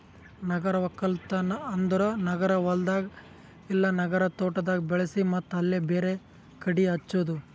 ನಗರ ಒಕ್ಕಲ್ತನ್ ಅಂದುರ್ ನಗರ ಹೊಲ್ದಾಗ್ ಇಲ್ಲಾ ನಗರ ತೋಟದಾಗ್ ಬೆಳಿಸಿ ಮತ್ತ್ ಅಲ್ಲೇ ಬೇರೆ ಕಡಿ ಹಚ್ಚದು